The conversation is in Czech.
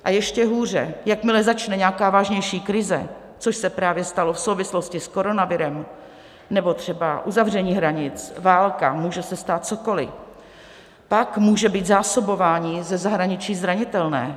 A ještě hůře, jakmile začne nějaká vážnější krize, což se právě stalo v souvislosti s koronavirem nebo třeba uzavření hranic, válka, může se stát cokoliv, pak může být zásobování ze zahraničí zranitelné.